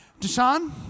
Deshaun